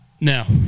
Now